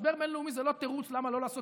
משבר בין-לאומי זה לא תירוץ למה לא לעשות